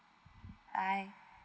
I